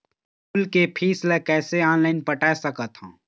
School के fees ला कैसे ऑनलाइन पटाए सकत हव?